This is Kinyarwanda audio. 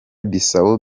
bissau